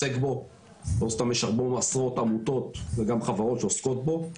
לא סתם יש עשרות עמותות וגם חברות שעוסקות בו.